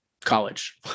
college